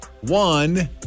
one